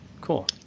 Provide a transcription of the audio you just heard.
Cool